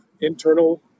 internal